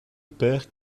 père